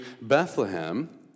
Bethlehem